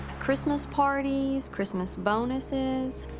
christmas parties, christmas bonuses.